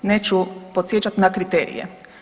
Neću podsjećati na kriterije.